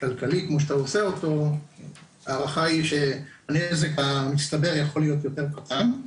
כלכלי כמו שאתה עושה אותו ההערכה היא שהנזק המצטבר יכול להיות יותר קטן,